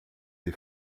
des